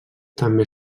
també